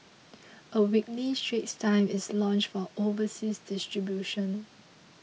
a weekly Straits Times is launched for overseas distribution